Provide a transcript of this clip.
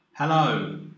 Hello